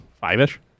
five-ish